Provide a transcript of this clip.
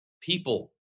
people